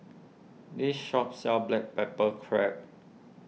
this shop sells Black Pepper Crab